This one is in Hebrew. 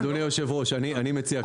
אדוני היושב ראש, אני רוצה להציע משהו.